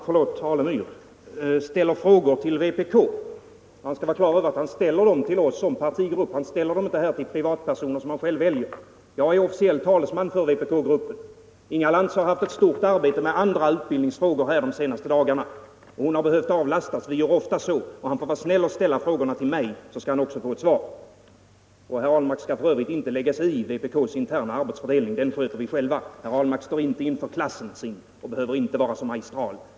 Fru talman! Herr Alemyr ställde en fråga till vpk. Han skall vara på det klara med att han ställer frågorna till oss som partigrupp och inte till privatpersoner som han väljer själv. Jag är officiell talesman för vpkgruppen. Inga Lantz har haft ett stort arbete med andra utbildningsfrågor de senaste dagarna, och hon har behövt avlastas. Vi gör ofta så, och herr Alemyr får vara snäll och ställa frågorna till mig. Han skall då också få svar. Herr Alemyr skall f. ö. inte lägga sig i vpk:s interna arbetsindelning — den sköter vi själva. Herr Alemyr står inte inför sin klass och behöver inte vara så magistral.